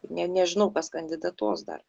nė nežinau kas kandidatuos dar